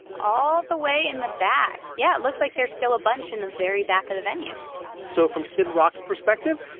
all the way in the back. yeah, it looks like there's still a bunch in the very back of the venue so from kid rock's perspective,